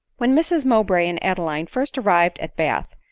when mrs mowbray and adeline first arrived at bath,